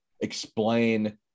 explain